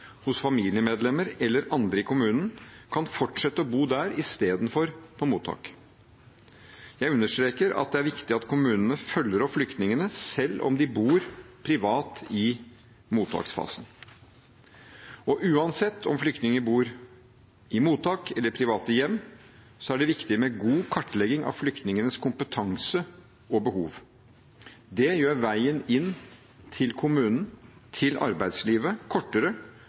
hos familiemedlemmer eller andre i kommunen, kan fortsette å bo der i stedet for på mottak. Jeg understreker at det er viktig at kommunene følger opp flyktningene selv om de bor privat i mottaksfasen. Uansett om flyktninger bor i mottak eller private hjem, er det viktig med god kartlegging av flyktningenes kompetanse og behov. Det gjør veien inn til kommunen og til arbeidslivet kortere,